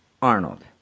Arnold